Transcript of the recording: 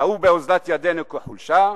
ראו באוזלת ידנו חולשה,